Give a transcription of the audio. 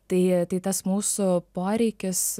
tai tai tas mūsų poreikis